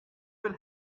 will